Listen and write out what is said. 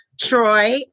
Troy